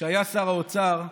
כשהיה שר האוצר.